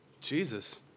Jesus